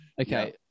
Okay